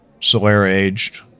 Solera-aged